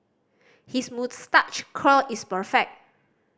his moustache curl is perfect